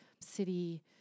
city